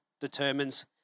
determines